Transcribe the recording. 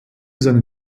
seine